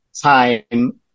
time